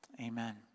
Amen